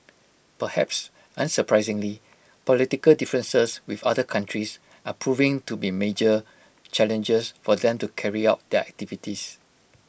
perhaps unsurprisingly political differences with other countries are proving to be major challengers for them to carry out their activities